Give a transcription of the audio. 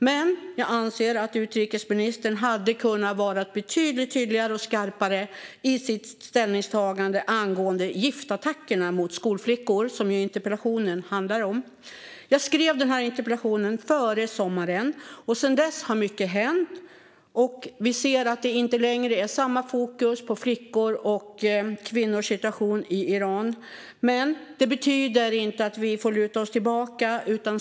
Men jag anser att utrikesministern hade kunnat vara betydligt tydligare och skarpare i sitt ställningstagande angående giftattackerna mot skolflickor, som interpellationen ju handlar om. Jag skrev interpellationen före sommaren. Sedan dess har mycket hänt. Vi ser att det inte längre är samma fokus på flickors och kvinnors situation i Iran. Men det betyder inte att vi får luta oss tillbaka.